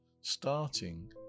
starting